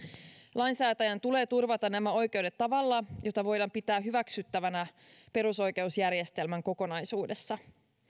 lainsäätäjän tulee turvata nämä oikeudet tavalla jota voidaan pitää hyväksyttävänä perusoikeusjärjestelmän kokonaisuudessa